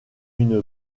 une